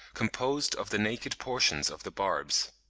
composed of the naked portions of the barbs.